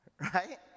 right